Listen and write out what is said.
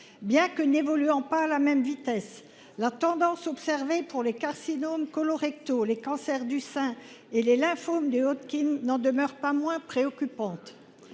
Bien que n’évoluant pas à la même vitesse, la tendance observée pour les carcinomes colorectaux, les cancers du sein et les lymphomes de Hodgkin n’en demeure pas moins préoccupante.